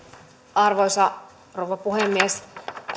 arvoisa rouva puhemies